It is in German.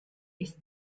ist